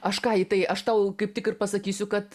aš ką į tai aš tau kaip tik ir pasakysiu kad